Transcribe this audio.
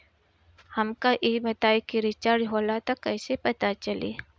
हमका ई बताई कि रिचार्ज होला त कईसे पता चली?